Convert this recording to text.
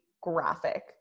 graphic